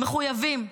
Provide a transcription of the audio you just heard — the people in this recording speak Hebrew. מחויבים.